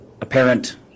apparent